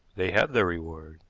they have their reward,